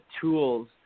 tools